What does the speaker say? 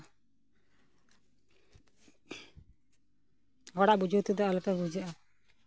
ᱦᱚᱲᱟᱜ ᱵᱩᱡᱷᱟᱹᱣ ᱛᱮᱫᱚ ᱟᱞᱮ ᱯᱮ ᱵᱩᱡᱷᱟᱹᱜᱼᱟ